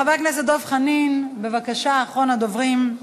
חבר הכנסת דב חנין, בבקשה, אחרון הדוברים,